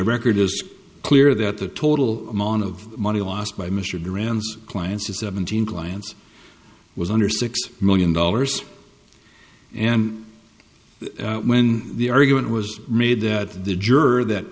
record is clear that the total amount of money lost by mr durans clients is seventeen clients was under six million dollars and when the argument was made that the jerk that